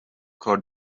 کار